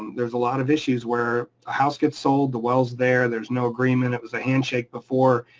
there's a lot of issues where a house gets sold, the well's there, there's no agreement, it was a handshake before,